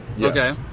Okay